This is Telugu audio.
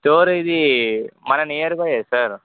స్టోరేజి మన నియర్ బైయే సార్